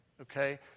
okay